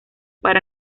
para